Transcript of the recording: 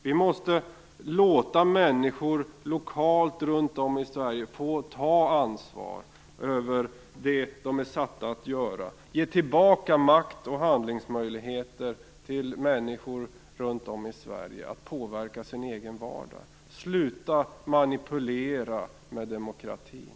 Vi måste låta människor lokalt runt om i Sverige få ta ansvar för det de är satta att ta ansvar för, ge tillbaka makt och handlingsmöjligheter till människor runt om i Sverige att påverka sin egen vardag och sluta manipulera med demokratin.